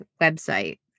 website